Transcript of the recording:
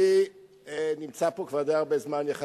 אני נמצא פה כבר די הרבה זמן, יחסית.